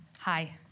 Hi